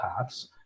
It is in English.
paths